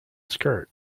skirt